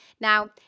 Now